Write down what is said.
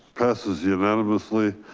passes unanimously.